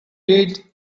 read